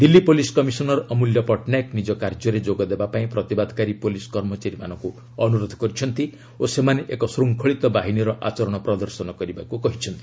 Delhi police commissioner Amulya Patnaik ନିଜ କାର୍ଯ୍ୟରେ ଯୋଗ ଦେବା ପାଇଁ ପ୍ରତିବାଦକାରୀ ପୁଲିସ୍ କର୍ମଚାରୀଙ୍କୁ ଅନୁରୋଧ କରିଛନ୍ତି ଓ ସେମାନେ ଏକ ଶୃଙ୍ଖଳିତ ବାହିନୀର ଆଚରଣ ପ୍ରଦର୍ଶନ କରିବାକୁ କହିଛନ୍ତି